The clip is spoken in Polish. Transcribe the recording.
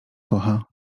kocha